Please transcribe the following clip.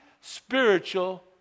spiritual